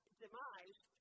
demise